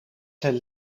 zijn